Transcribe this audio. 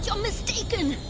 so mistaken.